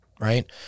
right